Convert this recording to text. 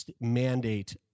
mandate